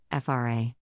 FRA